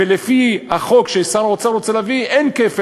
ולפי החוק ששר האוצר רוצה להביא אין כפל,